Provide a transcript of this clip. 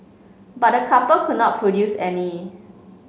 but the couple could not produce any